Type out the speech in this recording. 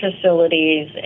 facilities